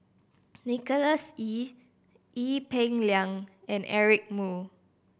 Nicholas Ee Ee Peng Liang and Eric Moo